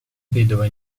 vedova